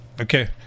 Okay